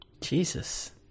Jesus